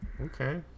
Okay